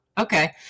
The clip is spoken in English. Okay